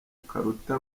karuta